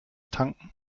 tanken